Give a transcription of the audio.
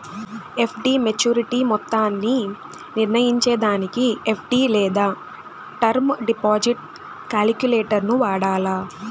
FD maturity మొత్తాన్ని నిర్నయించేదానికి FD లేదా టర్మ్ డిపాజిట్ కాలిక్యులేటరును వాడాల